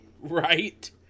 right